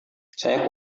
saya